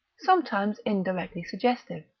sometimes indirectly suggestive.